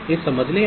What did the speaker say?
हे समजले आहे